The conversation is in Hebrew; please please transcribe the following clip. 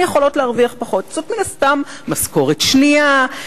שזאת מן הסתם "משכורת שנייה".